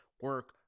Work